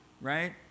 right